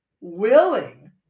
willing